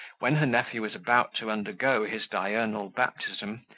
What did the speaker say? when her nephew was about to undergo his diurnal baptism,